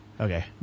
Okay